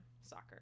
soccer